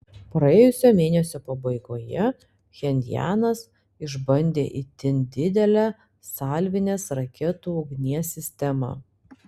praėjusio mėnesio pabaigoje pchenjanas išbandė itin didelę salvinės raketų ugnies sistemą